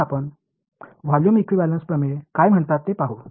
எனவே முதலில் volume equivalence தேற்றம் என்று அழைக்கப்படுவதைப் பார்ப்போம்